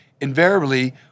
invariably